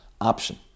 option